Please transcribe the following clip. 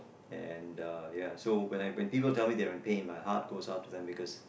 and uh ya so when I when people tell me they're in pain my heart goes out to them because